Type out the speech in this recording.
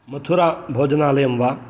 मथुरा भोजनालयं वा